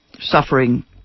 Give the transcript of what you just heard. suffering